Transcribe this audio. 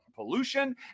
Pollution